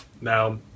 Now